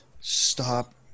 Stop